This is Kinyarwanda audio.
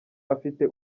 afite